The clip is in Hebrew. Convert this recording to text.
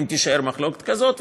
אם תישאר מחלוקת כזאת,